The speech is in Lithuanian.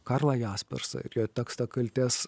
karlą jaspersą jo tekstą kaltės